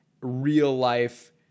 real-life